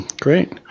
Great